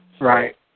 Right